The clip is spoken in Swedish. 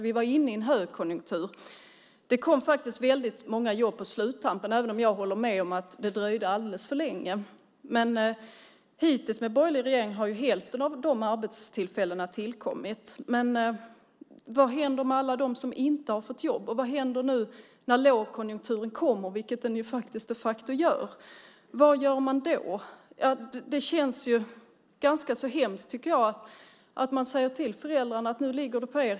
Vi var inne i en högkonjunktur, och det kom faktiskt väldigt många jobb på sluttampen, även om jag håller med om att det dröjde alldeles för länge. Hittills med den borgerliga regeringen har hälften av dessa arbetsfällen tillkommit. Men vad händer med alla dem som inte har fått jobb? Vad händer när lågkonjunkturen kommer, vilket den de facto gör? Vad gör man då? Jag tycker att det känns ganska hemskt att man säger till föräldrarna att nu ligger det på er.